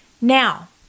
Now